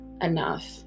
enough